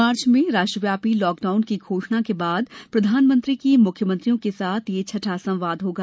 मार्च में राष्ट्राव्यापी लॉकडाउन की घोषणा के बाद प्रधानमंत्री की मुख्यमंत्रियों के साथ यह छठा संवाद होगा